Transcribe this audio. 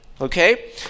Okay